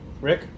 Rick